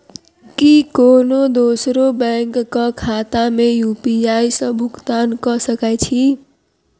की कोनो दोसरो बैंक कऽ खाता मे यु.पी.आई सऽ भुगतान कऽ सकय छी?